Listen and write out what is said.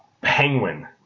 Penguin